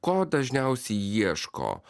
ko dažniausiai ieško